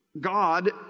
God